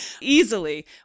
easily